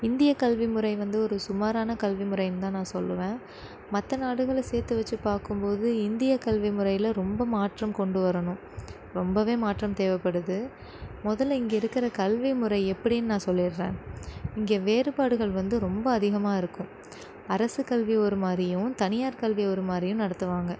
இந்தியக் கல்விமுறை வந்து ஒரு சுமாரான கல்விமுறைன்னு தான் நான் சொல்லுவேன் மற்ற நாடுகளை சேர்த்து வச்சு பார்க்கும்போது இந்தியக் கல்விமுறையில் ரொம்ப மாற்றம் கொண்டு வரணும் ரொம்பவே மாற்றம் தேவைப்படுது முதல்ல இங்கே இருக்கிற கல்விமுறை எப்படின்னு நான் சொல்லிடுகிறேன் இங்கே வேறுபாடுகள் வந்து ரொம்ப அதிகமாக இருக்கும் அரசு கல்வி ஒரு மாதிரியும் தனியார் கல்வி ஒரு மாதிரியும் நடத்துவாங்க